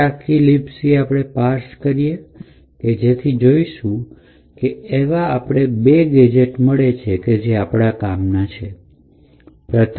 ફરીથી આખી lipc પાર્શ કરવાથી આપણે જોઇશું કે બે એવા ગેજેટ કે જે આપણે કામના છે તે મળે છે